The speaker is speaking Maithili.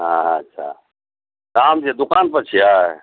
हँ हँ अच्छा काम छै दोकान पर छियै